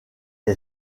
est